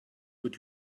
would